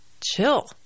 chill